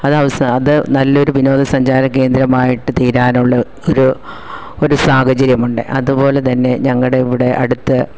അത് അവസാനം അത് നല്ല ഒരു വിനോദസഞ്ചാര കേന്ദ്രമായിട്ട് തീരാനുള്ള ഒരു ഒരു സാഹചര്യമുണ്ട് അതു പോലെ തന്നെ ഞങ്ങളുടെ ഇവിടെ അടുത്ത്